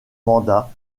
mandat